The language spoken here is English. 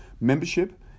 membership